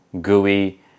gooey